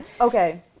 Okay